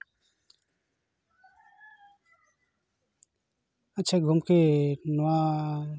ᱟᱪᱪᱷᱟ ᱜᱚᱝᱠᱮ ᱱᱚᱣᱟ